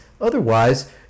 otherwise